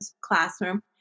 classroom